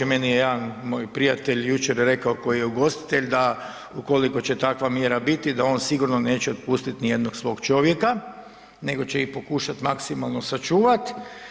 Meni je jedan moj prijatelj jučer rekao koji je ugostitelj da ukoliko će takva mjera biti da on sigurno neće otpustiti niti jednog svog čovjeka, nego će ih pokušati maksimalno sačuvati.